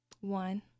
One